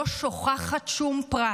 לא שוכחת שום פרט.